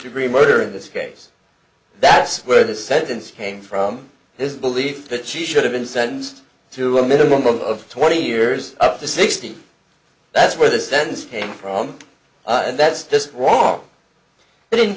degree murder in this case that's where the sentence came from his belief that she should have been sentenced to a minimum of twenty years up to sixty that's where the sentence came from and that's just wrong but